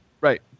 Right